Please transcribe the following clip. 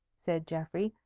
said geoffrey,